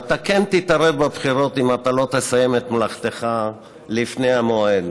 אתה כן תתערב בבחירות אם לא תסיים את מלאכתך לפני המועד.